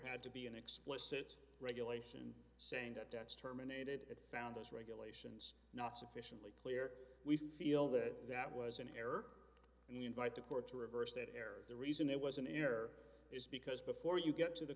had to be an explicit regulation saying that that's terminated at found those regulations not sufficiently clear we feel that that was an error and we invite the court to reverse that error the reason it was an error is because before you get to the